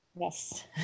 Yes